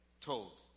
told